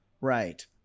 Right